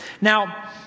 Now